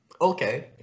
okay